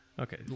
Okay